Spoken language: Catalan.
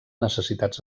necessitats